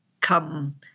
come